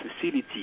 facility